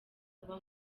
uba